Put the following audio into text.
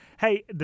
hey